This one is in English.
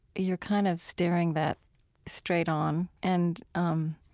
you're kind of staring that straight on and um